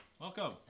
welcome